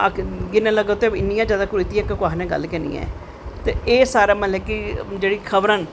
गिनन लगो तां इन्नियां जादा कुरितियां कुसै नै गल्ल गै नी ऐ ते एह् सारे मतलव कि जेह्ड़ी खबरां न